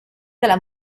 dalla